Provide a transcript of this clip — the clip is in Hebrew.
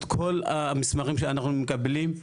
את כל המסמכים שאנחנו מקבלים.